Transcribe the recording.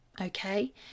Okay